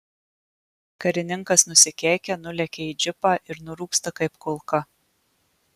karininkas nusikeikia nulekia į džipą ir nurūksta kaip kulka